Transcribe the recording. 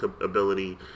ability